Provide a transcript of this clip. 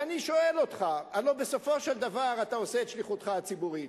ואני שואל אותך: הלוא בסופו של דבר אתה עושה את שליחותך הציבורית.